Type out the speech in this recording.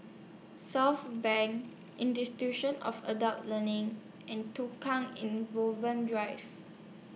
Southbank Institution of Adult Learning and Tukang Drive